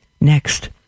Next